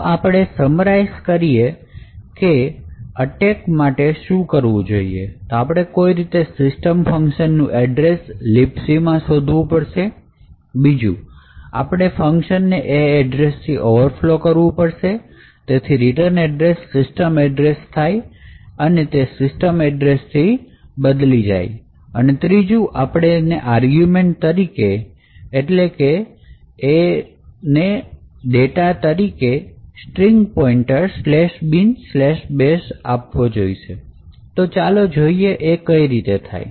તો જો આપણે summarize કરીએ કે અટેક માટે શું કરવું તો આપણે કોઈ રીતે system function નું એડ્રેસ libc માં શોધવું પડશે બીજું આપણે બફર ને એ એડ્રેસથી ઓવરફ્લો કરવું પડશે તેથી રીટન એડ્રેસ system એડ્રેસ થાય છે તે સિસ્ટમના એડ્રેસથી બદલી જાય અને ત્રીજું આપણે તેને આર્ગ્યુમેન્ટ તરીકે strings પોઇન્ટર binbash નો આપવો જોઈએ છે તો ચાલો જોઈએ આ કઈ રીતે થાય છે